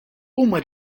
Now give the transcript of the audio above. huma